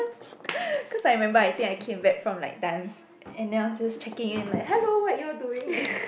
cause I remember I think I came back from like dance and I was just checking in like hello what you all doing